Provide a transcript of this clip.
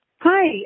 Hi